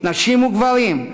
נשים וגברים,